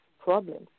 problems